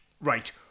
Right